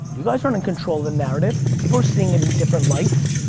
guys aren't in control of the narrative. people are seeing it in different lights.